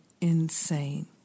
insane